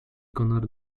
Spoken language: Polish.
konar